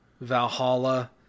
Valhalla